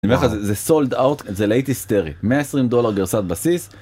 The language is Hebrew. זה סולד אוט זה לייטי סטרי 120 דולר גרסת בסיס.